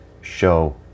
show